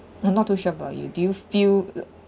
I'm not too sure about you do you feel